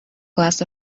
glass